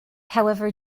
however